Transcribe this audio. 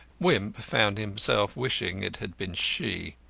wimp found himself wishing it had been she.